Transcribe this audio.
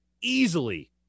easily